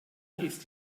ist